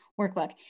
workbook